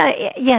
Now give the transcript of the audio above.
Yes